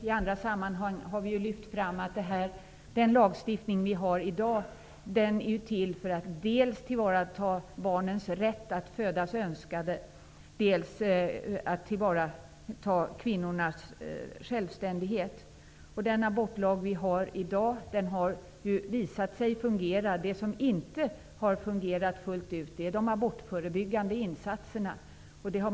I andra sammanhang har vi lyft fram att den lagstiftning vi i dag har är till för att tillvarata dels barnens rätt att födas önskade, dels kvinnornas möjlighet till självständighet. Den abortlag vi i dag har har visat sig fungera. Det som inte har fungerat fullt ut är de abortförebyggande insatserna.